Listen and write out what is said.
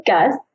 Gus